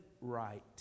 right